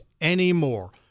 anymore